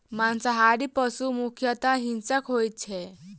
मांसाहारी पशु मुख्यतः हिंसक होइत छै